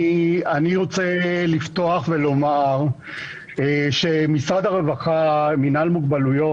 אני רוצה לפתוח ולומר שמשרד הרווחה מינהל מוגבלויות,